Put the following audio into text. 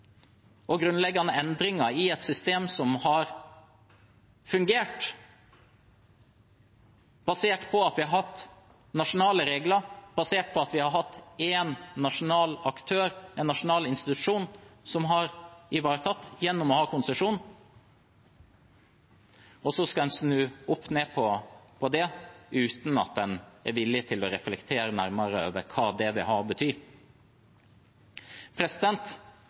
og grunnleggende endringer i et system som har fungert – basert på at vi har hatt nasjonale regler, basert på at vi har hatt én nasjonal aktør, en nasjonal institusjon som har ivaretatt dette gjennom å ha konsesjon. En skal så snu opp ned på det uten at en er villig til å reflektere nærmere over hva det vil